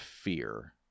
Fear